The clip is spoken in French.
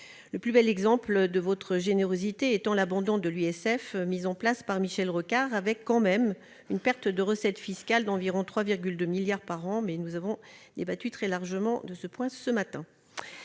le plus bel exemple de votre générosité étant l'abandon de l'ISF, mis en place par Michel Rocard, entraînant tout de même une perte de recettes fiscales d'environ 3,2 milliards par an. Nous avons très largement débattu de ce point ce matin.